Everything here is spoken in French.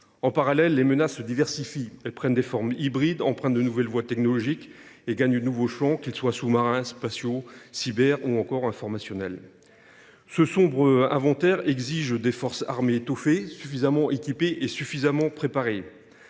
En parallèle, les menaces se diversifient. Elles prennent des formes hybrides, empruntent de nouvelles voies technologiques et gagnent de nouveaux champs, qu’ils soient sous marins, spatiaux, cyber ou informationnels. Ce sombre inventaire exige des forces armées étoffées, suffisamment équipées et suffisamment préparées.